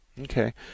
Okay